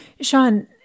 Sean